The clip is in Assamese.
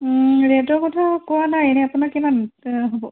ৰেটৰ কথা হোৱা নাই এনেই আপোনাৰ কিমান হ'ব